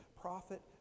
prophet